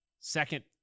second